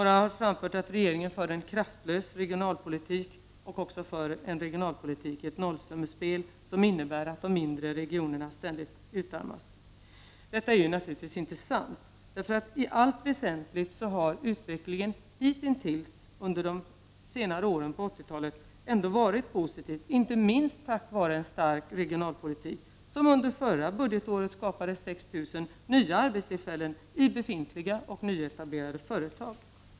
Några har framfört att regeringen för en kraftlös regionalpolitik och en regionalpolitik som är ett nollsummespel, vilket innebär att de mindre regionerna ständigt utarmas. Detta är naturligtvis inte sant. I allt väsentligt har utvecklingen under de senare åren på 80-talet varit positiv, inte minst tack vare en stark regionalpolitik, som under förra budgetåret skapade 6 000 nya arbetstillfällen i nya och befintliga företag.